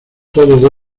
todo